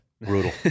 Brutal